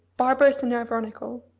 barbarous and ironical,